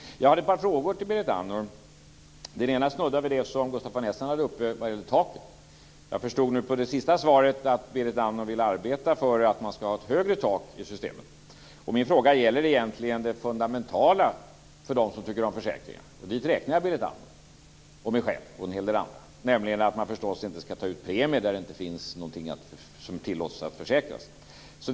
Jag hade ett par frågor till Berit Andnor. Den ena snuddar vid det som Gustaf von Essen hade uppe vad gäller taket. Jag förstod nu på det sista svaret att Berit Andnor vill arbeta för att man ska ha ett högre tak i systemen. Min fråga gäller egentligen det fundamentala för dem som tycker om försäkringar - och dit räknar jag Berit Andnor, mig själv och en hel del andra. Den gäller nämligen att man förstås inte ska ta ut premier där det inte finns någonting som tillåts försäkras.